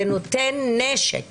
זה נותן נשק